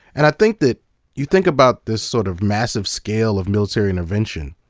and i think that you think about this sort of massive scale of military intervention,